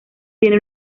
tiene